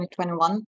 2021